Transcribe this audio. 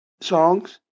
songs